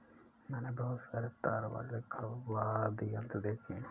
मैंने बहुत सारे तार वाले वाद्य यंत्र देखे हैं